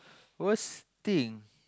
worst thing